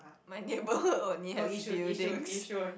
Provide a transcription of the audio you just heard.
my neighborhood only has buildings